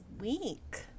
week